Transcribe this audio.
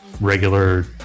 regular